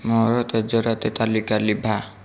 ମୋର ତେଜରାତି ତାଲିକା ଲିଭା